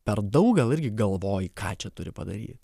per daug gal irgi galvoji ką čia turi padaryt